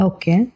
Okay